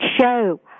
show